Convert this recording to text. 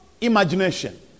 imagination